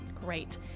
Great